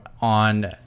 on